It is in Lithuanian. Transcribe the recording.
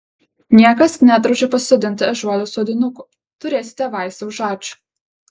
niekas nedraudžia pasisodinti ežiuolių sodinukų turėsite vaistą už ačiū